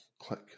Click